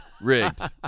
Rigged